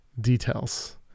details